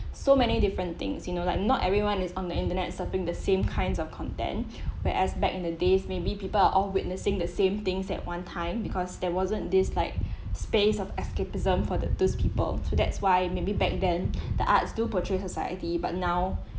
so many different things you know like not everyone is on the internet surfing the same kinds of content whereas back in the days maybe people are or witnessing the same things at one time because there wasn't this like space of escapism for the those people so that's why maybe back then the arts do portray society but now